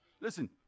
Listen